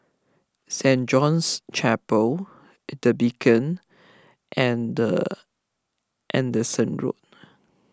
Saint John's Chapel the Beacon and Anderson Road